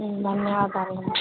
ధన్యవాదాలండీ